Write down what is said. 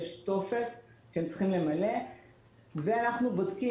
יש טופס שהם צריכים למלא ואנחנו בודקים